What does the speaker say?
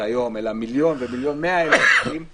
היום אלא מיליון או 1.1 מיליון תיקים בשנה,